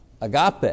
agape